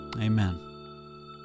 Amen